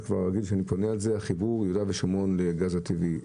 אתה כבר רגיל שאני פונה לגבי החיבור של יהודה ושומרון לגז הטבעי.